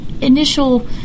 initial